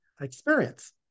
experience